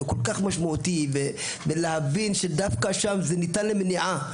זה כל כך משמעותי ולהבין דווקא שם שזה ניתן למניעה.